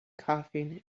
coughing